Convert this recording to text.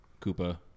Koopa